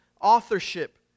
authorship